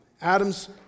Adam's